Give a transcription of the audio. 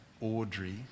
Audrey